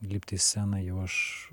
lipt į sceną jau aš